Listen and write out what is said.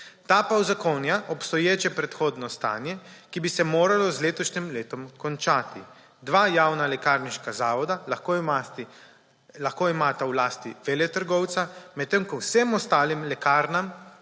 Ta pa uzakonja obstoječe predhodno stanje, ki bi se moralo z letošnjim letom končati. Dva javna lekarniška zavoda lahko imata v lasti veletrgovca, medtem ko vsem ostalim lekarnam